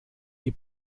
die